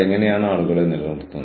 അങ്ങനെ അത് കഷണങ്ങളായി സംഭവിക്കുന്നു